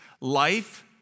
Life